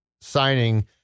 signing